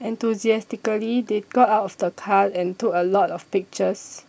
enthusiastically they got out of the car and took a lot of pictures